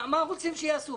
מה רוצים שיעשו,